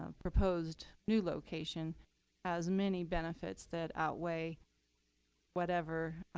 um proposed new location has many benefits that outweigh whatever